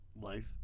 life